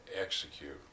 execute